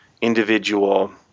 individual